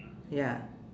ya